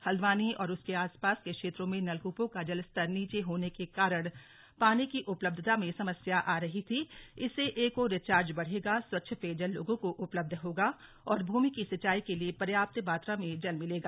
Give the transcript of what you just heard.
हल्द्वानी और उसके आस पास के क्षेत्रों में नलकूपों का जल स्तर नीचे होने के कारण पानी की उपलब्धता में समस्या आ रही थी इससे एक तो रिचार्ज बढ़ेगा स्वच्छ पेयजल लोगों को उपलब्ध होगा एवं भूमि की सिंचाई के लिए पर्याप्त मात्रा में जल मिलेगा